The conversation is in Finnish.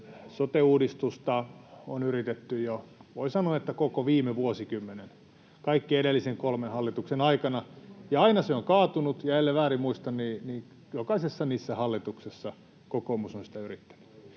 Sote-uudistusta on yritetty jo, voi sanoa, koko viime vuosikymmenen, kaikkien kolmen edellisen hallituksen aikana, ja aina se on kaatunut, ja ellen väärin muista, niin jokaisessa niissä hallituksessa kokoomus on sitä yrittänyt.